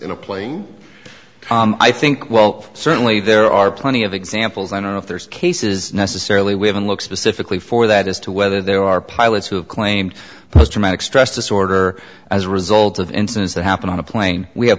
in a plane i think well certainly there are plenty of examples i don't know if there's cases necessarily we haven't look specifically for that as to whether there are pilots who have claimed post traumatic stress disorder as a result of incidents that happened on a plane we have